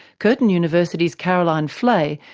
curtin university's caroline fleay,